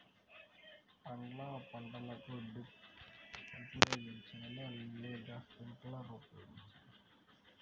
పండ్ల పంటలకు డ్రిప్ ఉపయోగించాలా లేదా స్ప్రింక్లర్ ఉపయోగించాలా?